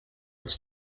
its